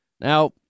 Now